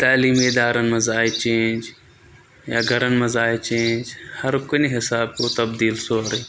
تعلیمی اِدارَن منٛز آیہِ چینٛج یا گَرَن منٛز آیہِ چینٛج ہَر کُنہِ حِسابہٕ گوٚو تبدیٖل سورُے